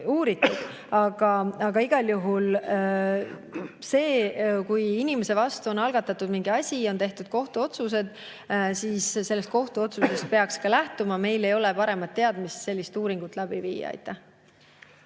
Aga igal juhul, kui inimese vastu on algatatud mingi asi, on tehtud kohtuotsus, siis sellest kohtuotsusest peaks lähtuma. Meil ei ole paremat teadmist, mille alusel sellist uurimist läbi viia. Just.